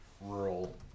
rural